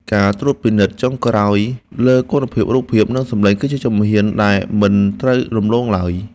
ការត្រួតពិនិត្យចុងក្រោយលើគុណភាពរូបភាព និង សម្លេងគឺជាជំហានដែលមិនត្រូវរំលងឡើយ។